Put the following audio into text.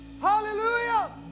hallelujah